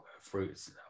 fruits